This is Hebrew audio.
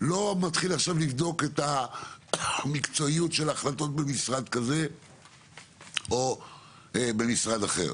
ולא מתחיל עכשיו לבדוק את המקצועיות של החלטות במשרד כזה או במשרד אחר.